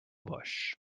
bush